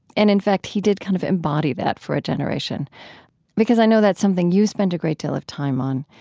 and in fact, he did kind of embody that for a generation because i know that's something you've spent a great deal of time on.